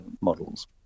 models